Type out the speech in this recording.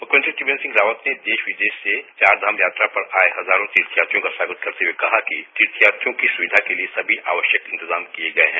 मुख्यमंत्री त्रियेन्द्र सिंह रावत ने देश विदेश से चार धाम यात्रा पर आए हजारों तीर्थयात्रियों का स्वागत करते हुए कहा कि तीर्थयात्रियों की सुविधा के लिए सभी आवश्यक इंतजाम किए गए हैं